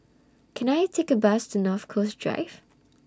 Can I Take A Bus to North Coast Drive